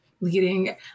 Leading